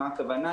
למה הכוונה?